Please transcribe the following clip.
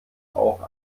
auch